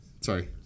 sorry